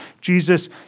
Jesus